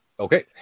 Okay